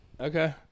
Okay